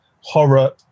horror